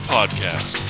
Podcast